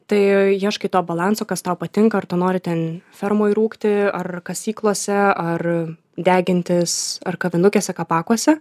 tai ieškai to balanso kas tau patinka ar tu nori ten fermoj rūgti ar kasyklose ar degintis ar kavinukėse kabakuose